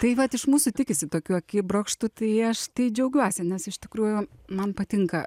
tai vat iš mūsų tikisi tokių akibrokštų tai aš tai džiaugiuosi nes iš tikrųjų man patinka